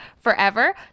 forever